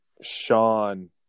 Sean